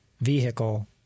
vehicle